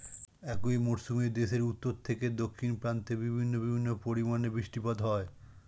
একই মরশুমে দেশের উত্তর থেকে দক্ষিণ প্রান্তে ভিন্ন ভিন্ন পরিমাণে বৃষ্টিপাত হয়